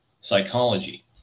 psychology